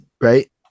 right